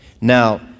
Now